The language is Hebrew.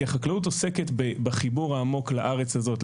כי החקלאות עוסקת בחיבור העמוק לארץ הזאת,